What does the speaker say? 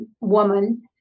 woman